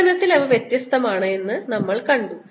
പ്രകടനത്തിൽ അവ വ്യത്യസ്തമാണ് എന്ന് നമ്മൾ കണ്ടു